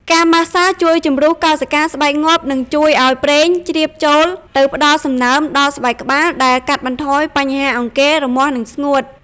ការម៉ាស្សាជួយជំរុះកោសិកាស្បែកងាប់ និងជួយឲ្យប្រេងជ្រាបចូលទៅផ្តល់សំណើមដល់ស្បែកក្បាល ដែលកាត់បន្ថយបញ្ហាអង្គែ រមាស់ និងស្ងួត។